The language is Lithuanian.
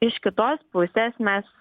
iš kitos pusės mes